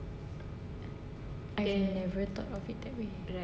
I've never thought of it that way